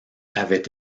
avaient